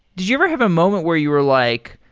did you ever have a moment where you were like,